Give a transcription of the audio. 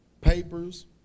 papers